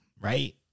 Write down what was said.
right